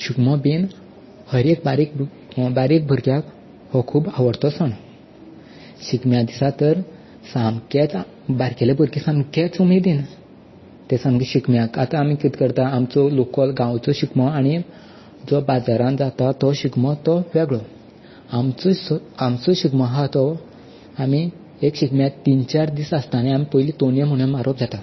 शिगमो बीन हरेक बारीक बारीक भुरग्याक हो खूब आवडतो सण शिगम्या दिसा तर सामकेंच बारकेले भुरगे सामकेंच उमेदीन ते सामके शिगम्याक आतां आमी किदें करता आमचो लोकल गांवचो शिगमो आनी जो बाजारांत जाता तो शिगमो तो वेगळो आमचो आमचो शिगमो आसा तो आमी एक शिगम्याक तीन चार आसतना आमी पयलीं तोणयो बीन मारप जाता